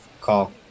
call